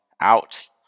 out